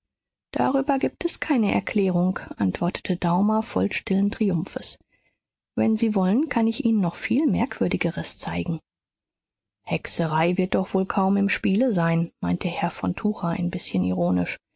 darüber gibt es keine erklärung antwortete daumer voll stillen triumphes wenn sie wollen kann ich ihnen noch viel merkwürdigeres zeigen hexerei wird doch wohl kaum im spiele sein meinte herr von tucher ein bißchen ironisch